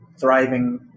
thriving